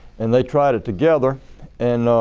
and they tried it together and